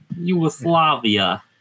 Yugoslavia